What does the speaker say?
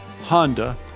Honda